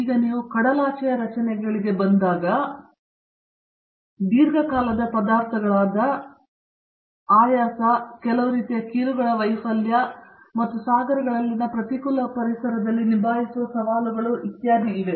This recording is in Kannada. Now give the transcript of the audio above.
ಈಗ ನೀವು ಕಡಲಾಚೆಯ ರಚನೆಗಳಿಗೆ ಬಂದಾಗ ದೀರ್ಘಕಾಲದ ಪದಾರ್ಥಗಳಾದ ಆಯಾಸ ಕೆಲವು ರೀತಿಯ ಕೀಲುಗಳ ವೈಫಲ್ಯ ಮತ್ತು ಸಾಗರಗಳಲ್ಲಿನ ಪ್ರತಿಕೂಲ ಪರಿಸರದಲ್ಲಿ ನಿಭಾಯಿಸುವ ಸವಾಲುಗಳು ಇತ್ಯಾದಿ ಇವೆ